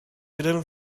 hidden